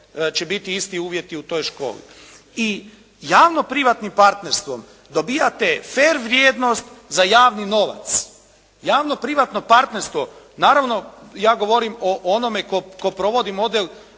će biti isti uvjeti u toj školi. I javno-privatnim partnerstvom dobivate fer vrijednost za javni novac. Javno-privatno partnerstvo, naravno ja govorim o onome tko provodi model